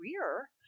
career